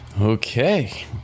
Okay